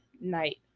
night